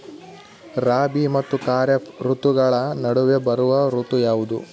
ರಾಬಿ ಮತ್ತು ಖಾರೇಫ್ ಋತುಗಳ ನಡುವೆ ಬರುವ ಋತು ಯಾವುದು?